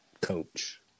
coach